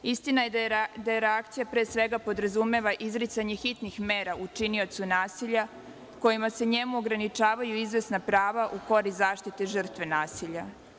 Istina je da je reakcija pre svega podrazumeva izricanje hitnih mera učiniocu nasilja kojima se njemu ograničavaju moguća prava u korist zaštite žrtve nasilja.